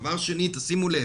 דבר שני, תשימו לב,